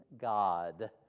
God